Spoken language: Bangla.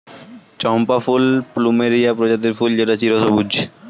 চম্পা ফুল প্লুমেরিয়া প্রজাতির ফুল যেটা চিরসবুজ